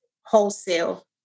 wholesale